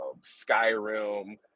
Skyrim